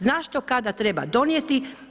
Zna što kada treba donijeti.